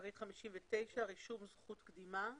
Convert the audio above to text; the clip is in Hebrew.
רישום זכות קדימה.